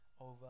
over